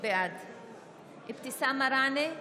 בעד אבתיסאם מראענה,